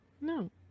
No